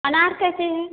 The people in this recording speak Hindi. अनार कैसे हैं